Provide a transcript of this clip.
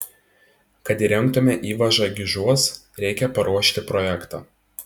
kad įrengtume įvažą gižuos reikia paruošti projektą